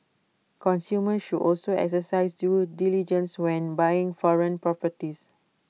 consumers should also exercise due diligence when buying foreign properties